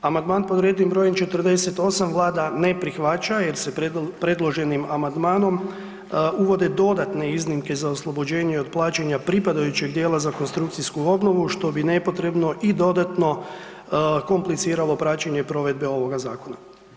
Amandman pod rednim brojem 48 Vlada ne prihvaća jer se predloženim amandmanom uvode dodatne iznimke za oslobođenje od plaćanja pripadajućeg dijela za konstrukcijsku obnovu što bi nepotrebno i dodatno kompliciralo praćenje provedbe ovoga zakona.